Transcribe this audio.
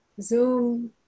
Zoom